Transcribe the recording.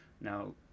now